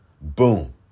boom